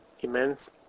immense